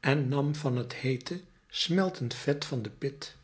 en nam van het heete smeltend vet van de pit